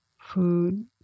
Food